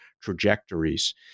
trajectories